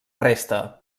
resta